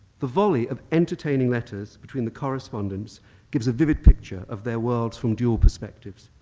the volley of entertaining letters between the correspondents gives a vivid picture of their worlds from dual perspectives.